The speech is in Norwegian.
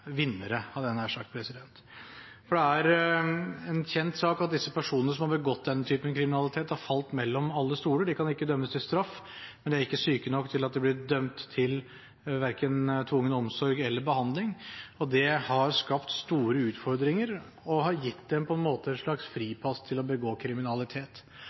vinnere, hadde jeg nær sagt. For det er en kjent sak at de personene som har begått denne typen kriminalitet, har falt mellom alle stoler. De kan ikke dømmes til straff, men de er ikke syke nok til at de blir dømt til verken tvungen omsorg eller behandling. Det har skapt store utfordringer og har gitt dem på en måte et slags fripass til å begå kriminalitet.